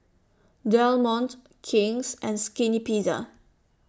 Del Monte King's and Skinny Pizza